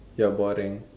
you are boring